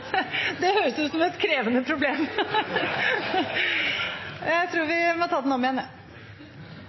Det høres ut som et krevende problem! Da tar vi voteringen om igjen.